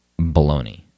baloney